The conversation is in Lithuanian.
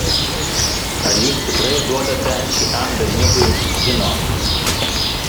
ar jūs tikrai duodate šitam berniukui džino